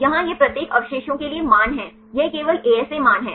यहाँ यह प्रत्येक अवशेषों के लिए मान है यह केवल ASA मान है